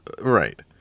right